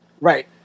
Right